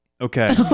okay